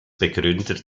begründer